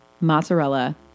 mozzarella